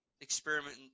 experiment